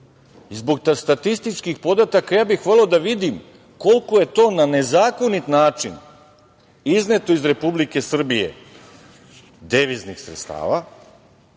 Zbog statističkih podataka, ja bih voleo da vidim koliko je to na nezakonit način izneto iz Republike Srbije deviznih sredstava,